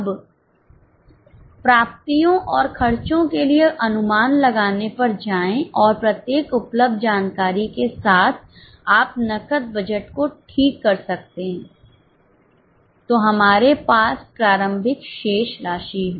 अब प्राप्तियों और खर्चों के लिए अनुमान लगाने पर जाएं और प्रत्येक उपलब्ध जानकारी के साथ आप नकद बजट को ठीक कर सकते हैं तो हमारे पास प्रारंभिक शेष राशि है